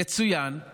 יצוין כי